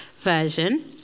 version